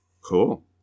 Cool